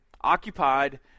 occupied